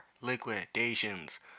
liquidations